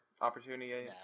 opportunity